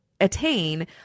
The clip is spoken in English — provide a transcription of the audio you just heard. attain